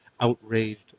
outraged